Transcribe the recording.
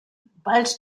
bald